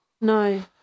No